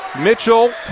Mitchell